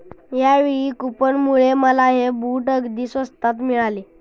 यावेळी कूपनमुळे मला हे बूट अगदी स्वस्तात मिळाले